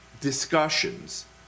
discussions